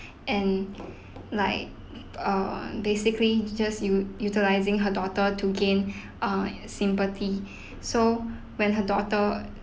and like err basically just u~ utilizing her daughter to gain err sympathy so when her daughter